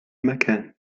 مكان